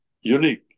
unique